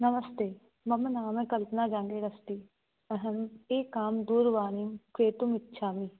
नमस्ते मम नाम कल्पनागान्धिरस्ति अहम् एकां दूरवाणीं क्रेतुम् इच्छामि